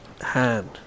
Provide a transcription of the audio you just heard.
hand